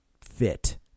fit